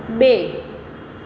બે